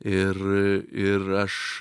ir ir aš